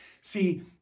See